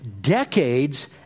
decades